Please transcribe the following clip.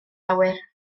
awyr